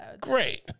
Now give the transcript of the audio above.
Great